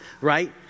right